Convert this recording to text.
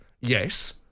Yes